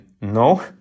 No